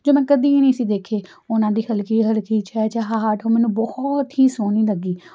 ਜੋ ਮੈਂ ਕਦੇ ਨਹੀਂ ਸੀ ਦੇਖੇ ਉਹਨਾਂ ਦੀ ਹਲਕੀ ਹਲਕੀ ਚਹਿਚਹਾਟ ਉਹ ਮੈਨੂੰ ਬਹੁਤ ਹੀ ਸੋਹਣੀ ਲੱਗੀ